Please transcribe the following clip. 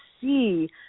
see